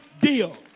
deal